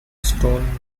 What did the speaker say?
stone